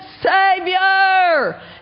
Savior